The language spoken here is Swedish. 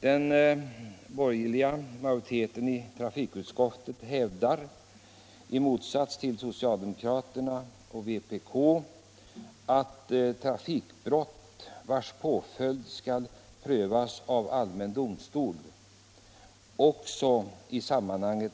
Den borgerliga majoriteten i utskottet hävdar, i motsats till socialdemokraterna och kommunisterna, att i sådana fall där allmän domstol skall pröva påföljderna av trafikbrott